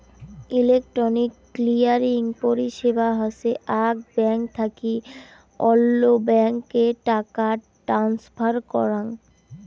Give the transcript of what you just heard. electronic clearing পরিষেবা হসে আক ব্যাঙ্ক থাকি অল্য ব্যাঙ্ক এ টাকা ট্রান্সফার করাঙ